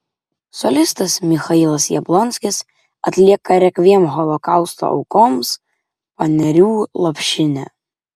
solistas michailas jablonskis atlieka rekviem holokausto aukoms panerių lopšinę